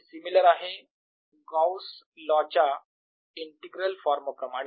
हे सिमिलर आहे Gauss law च्या इंटीग्रल फॉर्म प्रमाणे